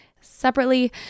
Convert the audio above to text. Separately